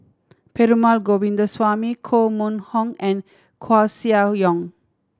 Perumal Govindaswamy Koh Mun Hong and Koeh Sia Yong